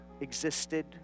existed